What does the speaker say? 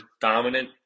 dominant